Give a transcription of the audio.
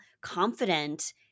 confident